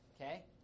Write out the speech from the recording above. okay